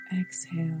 exhale